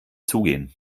zugehen